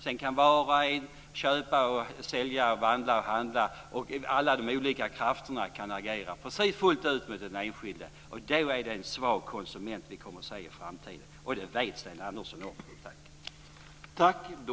Sedan kan var och en köpa och sälja, handla och vandla och alla de olika krafterna kan agera precis fullt ut när det gäller den enskilde. Då är det en svag konsument vi kommer att se i framtiden. Det vet Sten Andersson om.